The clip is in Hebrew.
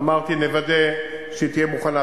אמרתי: נוודא שהיא תהיה מוכנה.